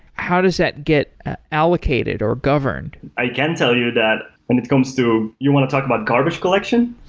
how does that get allocated or governed? i can tell you that when it comes to you want to talk about garbage collection?